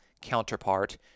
counterpart